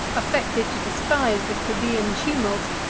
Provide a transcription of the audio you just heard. affected to despise this plebeian tumult,